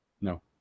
No